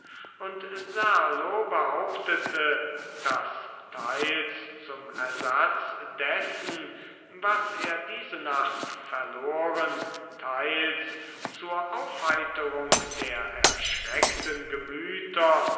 und serlo behauptete daß teils zum ersatz dessen was er diese nacht verloren teils zur aufheiterung der erschreckten gemüter